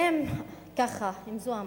ואם כך, אם זו המטרה,